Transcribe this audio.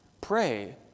Pray